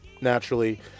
naturally